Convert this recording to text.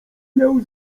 miał